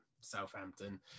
Southampton